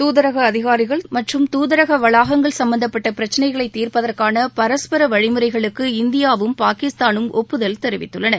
தூதரக அதிகாரிகள் மற்றும் தூதரக வளாகங்கள் சம்பந்தப்பட்ட பிரச்ளைகளை தீர்ப்பதற்காள பரஸ்பர வழிமுறைகளுக்கு இந்தியாவும் பாகிஸ்தானும் ஒப்புதல் தெரிவித்துள்ளன